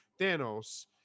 Thanos